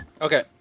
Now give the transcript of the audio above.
Okay